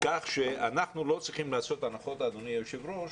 כך שאנחנו לא צריכים לעשות הנחות אדוני היו"ר.